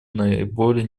наиболее